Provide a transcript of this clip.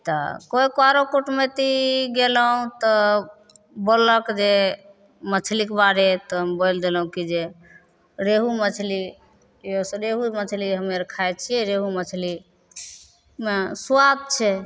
तऽ कोइ करो कुटमैती गेलहुँ तऽ बोललक जे मछलीके बारे तऽ हम बोलि देलहुँ कि जे रेहू मछली रेहू मछली हमे आओर खाइ छिए रेहू मछलीमे सुआद छै